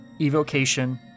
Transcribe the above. evocation